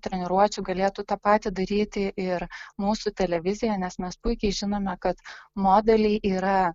treniruočių galėtų tą patį daryti ir mūsų televizija nes mes puikiai žinome kad modeliai yra